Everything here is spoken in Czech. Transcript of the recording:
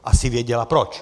Asi věděla proč.